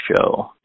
show